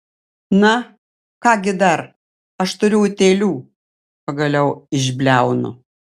na ką gi dar aš turiu utėlių pagaliau išbliaunu